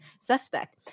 suspect